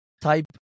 type